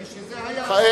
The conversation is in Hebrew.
כשזה היה הצבא,